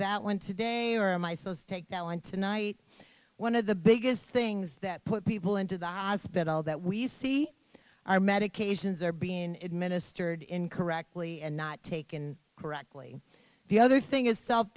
that one today or am i supposed take that one tonight one of the biggest things that put people into the hospital that we see our medications are being administered in correctly and not taken correctly the other thing is self